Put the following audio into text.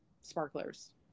sparklers